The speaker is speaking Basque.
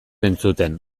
entzuten